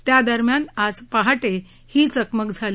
त्या दरम्यान आज पहाटे ही चकमक झाली